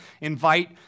invite